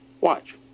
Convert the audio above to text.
watch